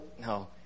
no